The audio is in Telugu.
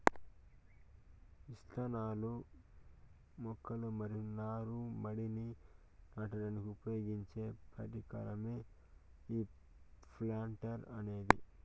ఇత్తనాలు, మొక్కలు మరియు నారు మడిని నాటడానికి ఉపయోగించే పరికరమే ఈ ప్లాంటర్ అనేది